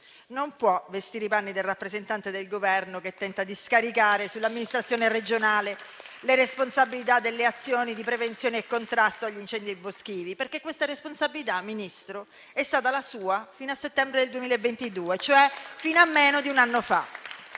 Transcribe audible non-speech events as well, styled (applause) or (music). non può vestire i panni del rappresentante del Governo che tenta di scaricare sull'amministrazione regionale le responsabilità delle azioni di prevenzione e contrasto agli incendi boschivi, (applause) perché questa responsabilità, Ministro, è stata sua fino a settembre 2022, cioè fino a meno di un anno fa.